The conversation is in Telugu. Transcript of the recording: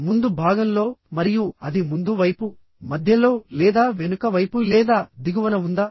ముందు భాగంలో మరియు అది ముందు వైపు మధ్యలో లేదా వెనుక వైపు లేదా దిగువన ఉందా